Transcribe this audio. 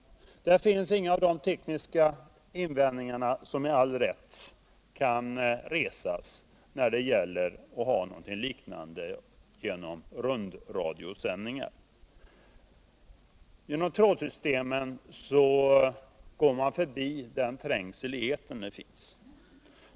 Där finns inga av de tekniska invändningar som med all rätt kan resas i liknande fall när det gäller rundradiosändningar. Genom trådsystem går man förbi den trängsel i etern som finns.